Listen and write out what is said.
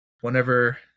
whenever